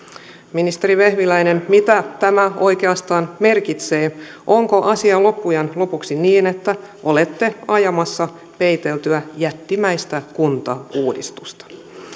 ministeri vehviläinen mitä tämä oikeastaan merkitsee onko asia loppujen lopuksi niin että olette ajamassa peiteltyä jättimäistä kuntauudistusta